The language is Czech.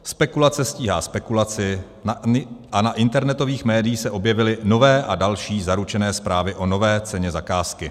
Spekulace stíhá spekulaci a na internetových médiích se objevily nové a další zaručené zprávy o nové ceně zakázky.